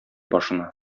башына